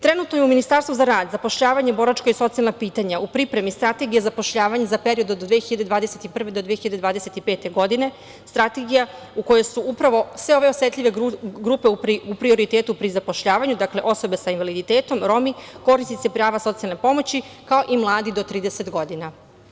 Trenutno je u Ministarstvu za rad, zapošljavanje, boračka i socijalna pitanja u pripremi strategija zapošljavanje za period od 2021. do 2025. godine, strategija u kojoj su upravo sve ove osetljive grupe u prioritetu pri zapošljavanju, dakle osobe sa invaliditetom, Romi, korisnici prava socijalne pomoći, kao i mladi do 30 godina.